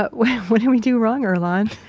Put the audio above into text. but what did we do wrong, earlonne?